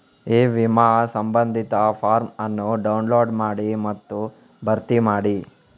E ವಿಮಾ ಸಂಬಂಧಿತ form ಅನ್ನು ಡೌನ್ಲೋಡ್ ಮಾಡಿ ಮತ್ತು ಭರ್ತಿ ಮಾಡಿ